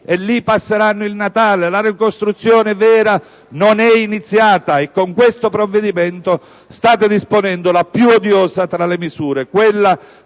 e lì passeranno il Natale. La ricostruzione vera non è iniziata e con questo provvedimento state predisponendo la più odiosa tra le misure, quella